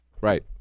Right